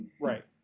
Right